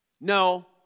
No